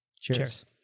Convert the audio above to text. Cheers